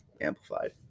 amplified